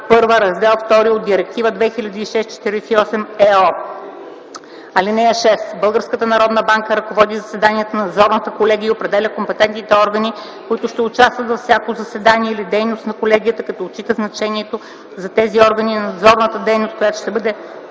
първа, Раздел ІІ от Директива 2006/48/ЕО. (6) Българската народна банка ръководи заседанията на надзорната колегия и определя компетентните органи, които ще участват във всяко заседание или дейност на колегията, като отчита значението за тези органи на надзорната дейност, която ще бъде